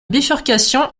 bifurcation